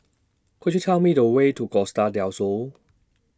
Could YOU Tell Me The Way to Costa Del Sol